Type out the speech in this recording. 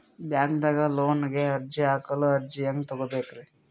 ಬ್ಯಾಂಕ್ದಾಗ ಲೋನ್ ಗೆ ಅರ್ಜಿ ಹಾಕಲು ಅರ್ಜಿ ಹೆಂಗ್ ತಗೊಬೇಕ್ರಿ?